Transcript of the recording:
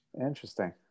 Interesting